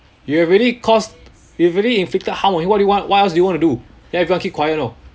you have already caused you have already inflicted harm on him what do you want what else do you want to do then everyone keep quiet know